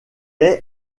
est